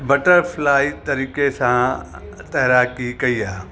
butter fly तरीक़े सां तैराकी कयी आहे